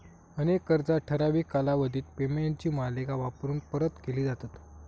अनेक कर्जा ठराविक कालावधीत पेमेंटची मालिका वापरून परत केली जातत